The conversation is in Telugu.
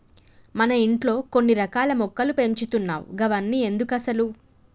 మన ఇంట్లో కొన్ని రకాల మొక్కలు పెంచుతున్నావ్ గవన్ని ఎందుకసలు